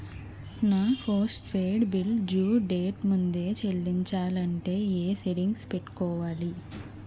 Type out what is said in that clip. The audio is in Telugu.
నా post paid bill due date ముందే చెల్లించాలంటే ఎ సెట్టింగ్స్ పెట్టుకోవాలి?